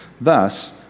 Thus